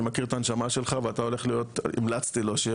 אני מכיר את הנשמה שלך והמלצתי לו שיהיה